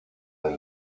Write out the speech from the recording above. del